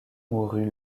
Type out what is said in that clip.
mourut